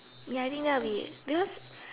ya I think that will be because